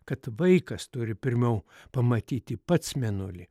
kad vaikas turi pirmiau pamatyti pats mėnulį